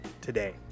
today